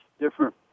different